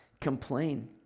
complain